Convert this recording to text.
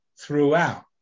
throughout